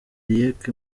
riek